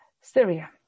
Syria